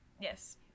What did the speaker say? Yes